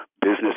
business